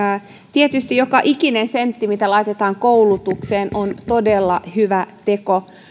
tietysti joka ikinen sentti mikä laitetaan koulutukseen on todella hyvä teko